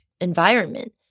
environment